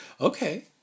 Okay